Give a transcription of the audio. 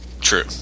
True